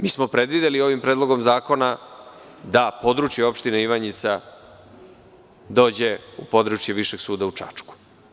Mi smo predvideli ovim predlogom zakona da područje opštine Ivanjica dođe u područje Višeg suda u Čačku.